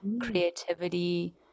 creativity